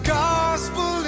gospel